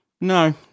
No